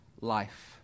life